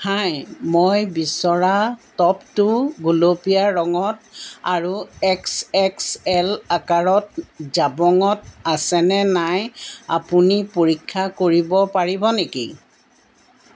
হাই মই বিচৰা টপটো গোলপীয়া ৰঙত আৰু এক্স এক্স এল আকাৰত জাবঙত আছেনে নাই আপুনি পৰীক্ষা কৰিব পাৰিব নেকি